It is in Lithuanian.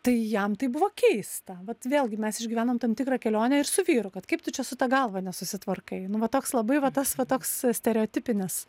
tai jam tai buvo keista vat vėlgi mes išgyvenom tam tikrą kelionę ir su vyru kad kaip tu čia su ta galva nesusitvarkai nu va toks labai va tas va toks stereotipinis